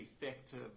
effective